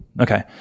Okay